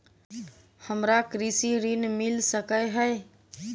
हमरा कृषि ऋण मिल सकै है?